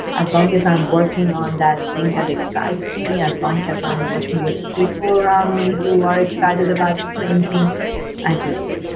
as long as i'm working on that thing that excites, as long as i'm working with people around me who are excited about the same thing. i just